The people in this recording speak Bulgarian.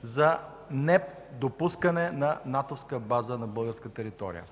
за недопускане на натовска база на българска територия.